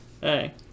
Hey